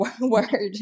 word